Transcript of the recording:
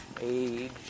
age